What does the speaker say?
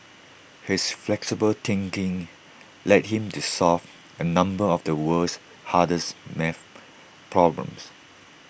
his flexible thinking led him to solve A number of the world's hardest math problems